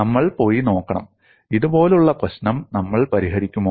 നമ്മൾ പോയി നോക്കണം ഇതുപോലുള്ള പ്രശ്നം നമ്മൾ പരിഹരിക്കുമോ